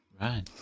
Right